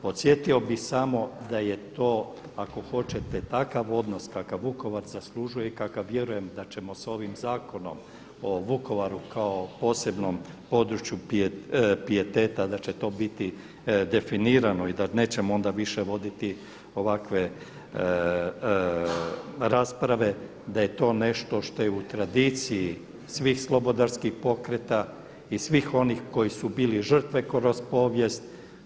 Podsjetio bih samo da je to ako hoćete takav odnos kakav Vukovar zaslužuje i kakav vjerujem da ćemo sa ovim zakonom o Vukovaru kao posebnom području pijeteta da će to biti definirano i da nećemo onda više voditi ovakve rasprave, da je to nešto što je u tradiciji svih slobodarskih pokreta i svih onih koji su bili žrtve kroz povijest.